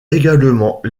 également